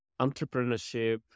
entrepreneurship